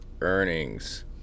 earnings